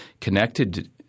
connected